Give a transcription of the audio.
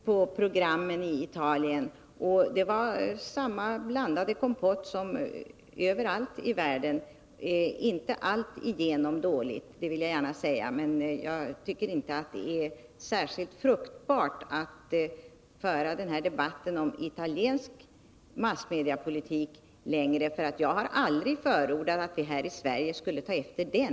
Fru talman! Naturligtvis tittade vi på programmen i Italien. Det var samma blandade kompott som överallt i världen. Programmen var inte alltigenom dåliga, det vill jag gärna säga. Men jag tycker inte att det är särskilt fruktbart att föra den här debatten om italiensk massmediepolitik längre, för jag har aldrig förordat att vi här i Sverige skulle ta efter den.